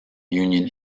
union